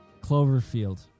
Cloverfield